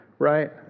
Right